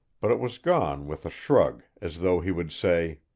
but it was gone with a shrug as though he would say,